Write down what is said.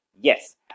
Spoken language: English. yes